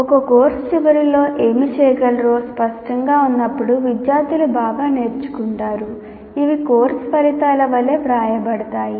ఒక కోర్సు చివరిలో వారు ఏమి చేయగలరో స్పష్టంగా ఉన్నప్పుడు విద్యార్థులు బాగా నేర్చుకుంటారు ఇవి కోర్సు ఫలితాల వలె వ్రాయబడతాయి